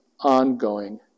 ongoing